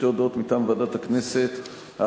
והיא חוזרת לוועדת החוץ והביטחון להכנתה לקריאה